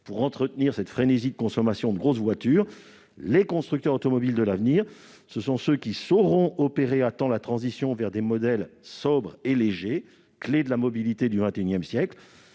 pour entretenir la frénésie de consommation de grosses voitures. Les constructeurs automobiles de l'avenir seront ceux qui sauront opérer à temps la transition vers des modèles sobres et légers- ce sera la clé de la mobilité du XXI siècle